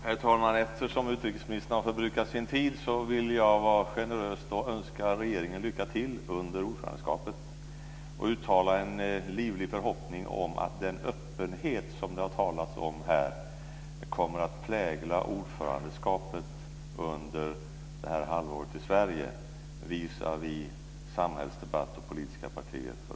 Herr talman! Eftersom utrikesministern har förbrukat sin tid vill jag vara generös och önska regeringen lycka till under ordförandeskapet och uttala en livlig förhoppning om att den öppenhet som det har talats om här kommer att prägla ordförandeskapet under detta halvår i Sverige visavi samhällsdebatt och politiska partier.